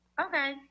Okay